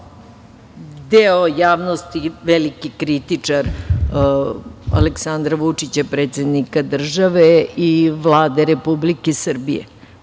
deo javnosti veliki kritičar Aleksandra Vučića, predsednika države i Vlade Republike Srbije.